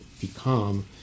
become